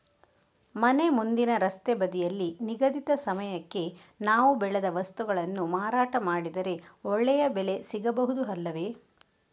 ಮನೆ ಮುಂದಿನ ರಸ್ತೆ ಬದಿಯಲ್ಲಿ ನಿಗದಿತ ಸಮಯಕ್ಕೆ ನಾವು ಬೆಳೆದ ವಸ್ತುಗಳನ್ನು ಮಾರಾಟ ಮಾಡಿದರೆ ಒಳ್ಳೆಯ ಬೆಲೆ ಸಿಗಬಹುದು ಅಲ್ಲವೇ?